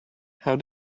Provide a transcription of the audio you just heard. how